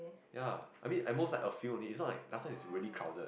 ya I mean at most like a few only it's not like last time it's really crowded